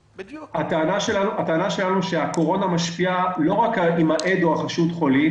הטענה שלנו היא שהקורונה משפיעה לא רק אם העד או החשוד חולים.